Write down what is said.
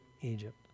Egypt